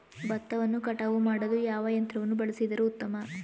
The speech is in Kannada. ಭತ್ತವನ್ನು ಕಟಾವು ಮಾಡಲು ಯಾವ ಯಂತ್ರವನ್ನು ಬಳಸಿದರೆ ಉತ್ತಮ?